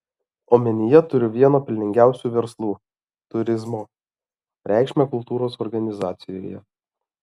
omenyje turiu vieno pelningiausių verslų turizmo reikšmę kultūros organizacijoje